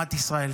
ולתקומת ישראל.